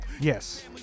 Yes